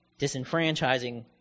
disenfranchising